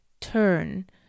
turn